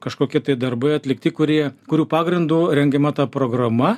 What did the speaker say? kažkokie tai darbai atlikti kurie kurių pagrindu rengiama ta programa